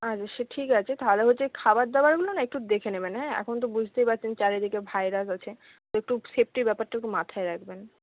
আচ্ছা সে ঠিক আছে তাহলে বলছি ওই খাবার দাবারগুলো না একটু দেখে নেবেন হ্যাঁ এখন তো বুঝতেই পারছেন চারিদিকে ভাইরাল হচ্ছে তো একটু সেফটির ব্যাপারটা একটু মাথায় রাখবেন